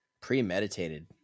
premeditated